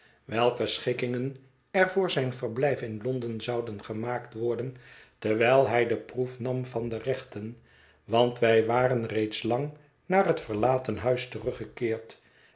welke schikkingen er voor zijn verblijf in londen zouden gemaakt worden terwijl hij de proef nam van de rechten want wij waren reeds lang naar het verlaten huis teruggekeerd